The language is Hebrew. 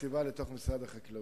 בחטיבה לתוך משרד החקלאות.